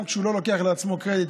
גם כשהוא לא לוקח לעצמו קרדיט,